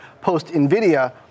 post-NVIDIA